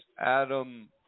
Adam